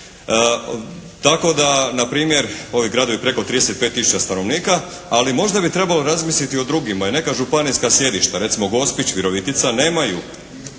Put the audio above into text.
Tako da npr. ovi gradovi preko 35 tisuća stanovnika, ali možda bi trebalo razmisliti o drugima i neka županijska sjedišta, recimo Gospić, Virovitica nemaju